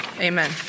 amen